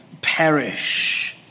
perish